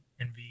Envy